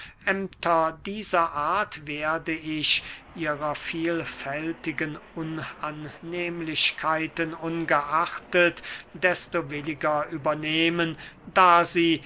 ämter dieser art werde ich ihrer vielfältigen unannehmlichkeiten ungeachtet desto williger übernehmen da sie